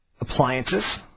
Appliances